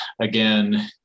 again